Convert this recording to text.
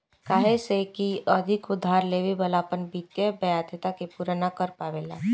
काहे से की उधार लेवे वाला अपना वित्तीय वाध्यता के पूरा ना कर पावेला